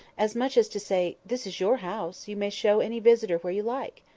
as much as to say, this is your house, you may show any visitor where you like.